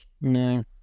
No